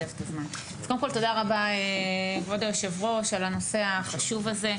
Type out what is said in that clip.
תודה רבה כבוד היושב ראש על הדיון בנושא החשוב הזה.